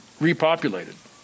Repopulated